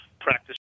practice